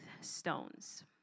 stones